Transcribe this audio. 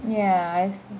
ya